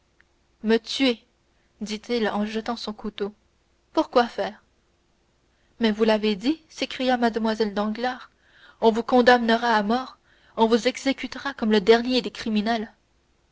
me tuer dit-il en jetant son couteau pour quoi faire mais vous l'avez dit s'écria mlle danglars on vous condamnera à mort on vous exécutera comme le dernier des criminels